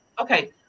Okay